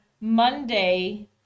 Monday